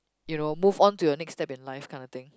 you know move on to your next step in life kind of thing